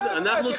ודאי, ודאי.